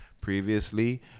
previously